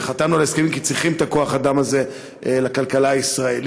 חתמנו על הסכמים כי צריכים את כוח האדם הזה לכלכלה הישראלית.